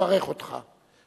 יברך אותך.